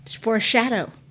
foreshadow